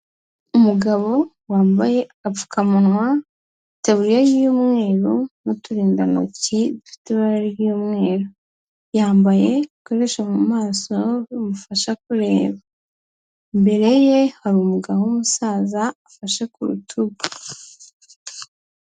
Umugabo wambaye agapfukamunwa iteburiya y'umweru n'uturindantoki dufite ibara ry'umweru. Yambaye ibikoresho mu maso bimufasha kureba. Imbere ye hari umugabo w'umusaza afashe ku rutugu.